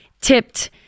tipped